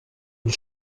une